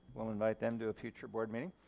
will invite them to a future board meeting.